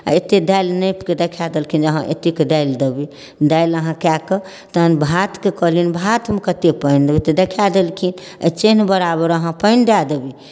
आओर एतेक दालि नापिकऽ देखा देलखिन जे अहाँ एतेक दालि देबै दालि अहाँ कऽ कऽ तहन भातके कहलिअनि भातमे कतेक पानि देबै तऽ देखा देलखिन एहि चेन्ह बराबर अहाँ पानि दऽ देबै